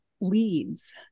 leads